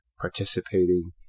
participating